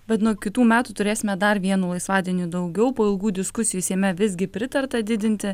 bet nuo kitų metų turėsime dar vienu laisvadieniu daugiau po ilgų diskusijų seime visgi pritarta didinti